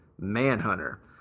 Manhunter